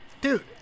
Dude